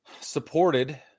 supported